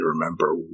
remember